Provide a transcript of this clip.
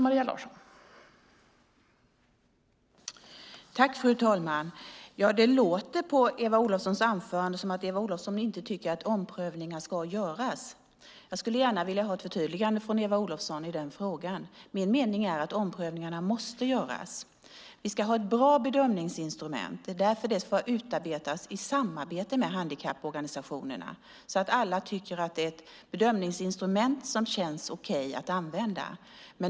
Fru talman! Det låter på Eva Olofssons inlägg som att Eva Olofsson inte tycker att omprövningar ska göras. Jag skulle gärna ha ett förtydligande från Eva Olofsson i denna fråga. Min mening är att omprövningarna måste göras. Vi ska ha ett bra bedömningsinstrument. Det är därför det ska utarbetas i samarbete med handikapporganisationerna, så att alla tycker att det är ett bedömningsinstrument som känns okej att använda.